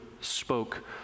spoke